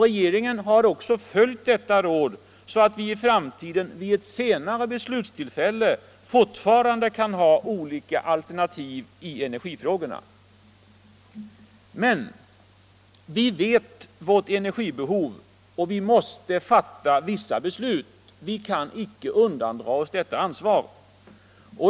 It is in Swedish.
Regeringen har också följt detta råd så att vi i framtiden — vid ett senare beslutstillfälle —- fortfarande har olika alternativ i energifrågorna. Men vi känner till vårt energibehov och vi måste fatta vissa beslut —- vi kan inte undandra oss det ansvaret.